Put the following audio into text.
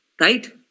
right